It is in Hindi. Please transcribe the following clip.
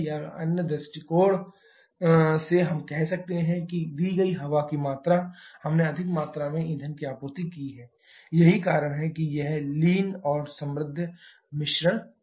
या अन्य दृष्टिकोण से हम यह कह सकते हैं कि दी गई हवा की मात्रा हमने अधिक मात्रा में ईंधन की आपूर्ति की है यही कारण है कि यह लीन और समृद्ध है